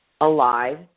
alive